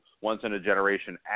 once-in-a-generation